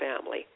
family